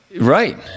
right